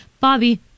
Bobby